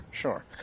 sure